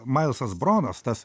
mailsas bronas tas